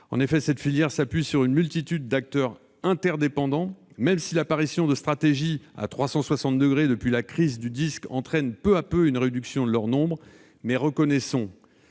musicale. Cette filière s'appuie sur une multitude d'acteurs interdépendants, même si l'apparition de stratégies « à 360 degrés » depuis la crise du disque entraîne peu à peu une réduction de leur nombre. Quoi qu'il en soit,